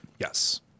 Yes